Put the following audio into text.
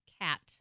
cat